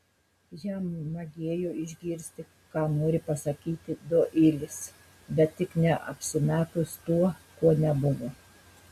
jam magėjo išgirsti ką nori pasakyti doilis bet tik ne apsimetus tuo kuo nebuvo